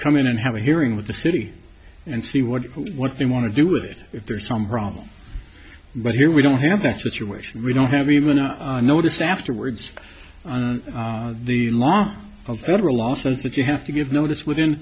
come in and have a hearing with the city and see what what they want to do it if there's some problem but here we don't have that situation we don't have even a notice afterwards the law of federal law says that you have to give notice within